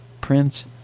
prince